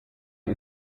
ihr